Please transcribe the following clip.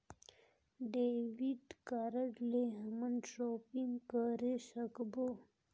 Debit card ले हमन shopping करे सकबो?